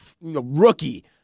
rookie